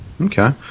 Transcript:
Okay